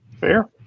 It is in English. Fair